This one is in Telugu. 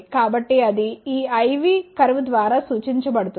కాబట్టి అది ఈ I V కర్వ్ ద్వారా సూచించబడుతుంది